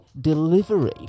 delivery